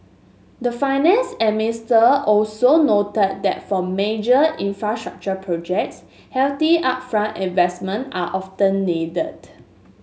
the finance an Mister also noted that for major infrastructure projects hefty upfront investment are often needed